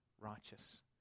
righteous